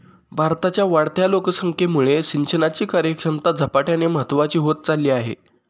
भारताच्या वाढत्या लोकसंख्येमुळे सिंचनाची कार्यक्षमता झपाट्याने महत्वाची होत चालली आहे